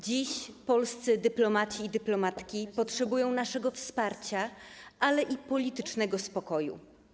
Dziś polscy dyplomaci i dyplomatki potrzebują naszego wsparcia, ale i politycznego spokoju.